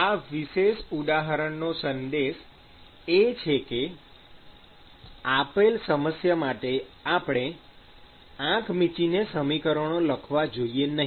આ વિશેષ ઉદાહરણનો સંદેશ એ છે કે આપેલ સમસ્યા માટે આપણે આંખ મીંચીને સમીકરણો લખવા જોઈએ નહીં